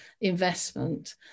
investment